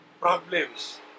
problems